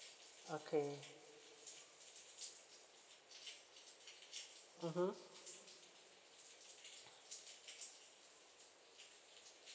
okay mmhmm